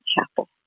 chapel